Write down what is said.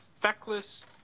feckless